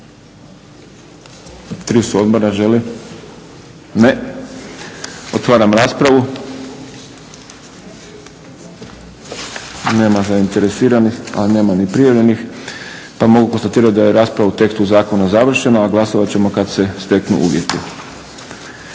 su odbora. Žele? Ne. Otvaram raspravu. Nema zainteresiranih, a nema ni prijavljenih pa mogu konstatirat da je rasprava o tekstu zakona završena, a glasovat ćemo kad se steknu uvjeti.